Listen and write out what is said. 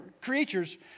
creatures